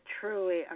truly